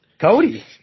Cody